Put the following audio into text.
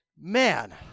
Man